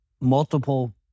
multiple